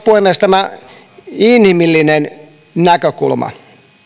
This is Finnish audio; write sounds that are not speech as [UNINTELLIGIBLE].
[UNINTELLIGIBLE] puhemies tämä inhimillinen näkökulma